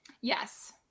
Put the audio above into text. Yes